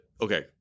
okay